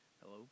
Hello